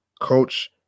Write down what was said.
Coach